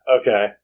Okay